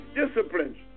disciplines